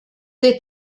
des